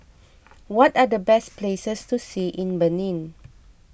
what are the best places to see in Benin